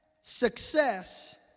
success